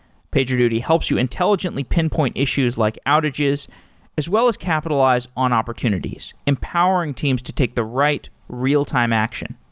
pagerduty helps you intelligently pinpoint issues like outages as well as capitalize on opportunities, empowering teams to take the right real-time action.